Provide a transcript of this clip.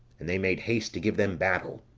and they made haste to give them battle.